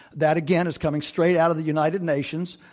that, again, is coming straight out of the united nations,